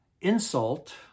insult